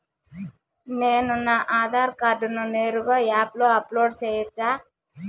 నేను నా ఆధార్ కార్డును నేరుగా యాప్ లో అప్లోడ్ సేయొచ్చా?